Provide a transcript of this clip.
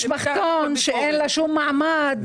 ועובדת משפחתון שאין לה שום מעמד,